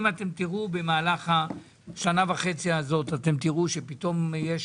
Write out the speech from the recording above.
אם אתם תראו במהלך השנה וחצי הזאת אתם תראו שפתאום יש